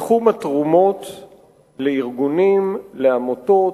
בתחום התרומות לארגונים, לעמותות,